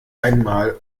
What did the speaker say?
einmal